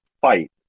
fight